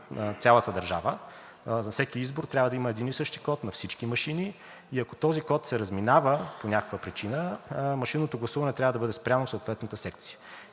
за цялата държава. За всеки избор трябва да има един и същи код на всички машини и ако този код се разминава по някаква причина, машинното гласуване трябва да бъде спряно в съответната секция.